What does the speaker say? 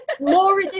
more